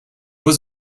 was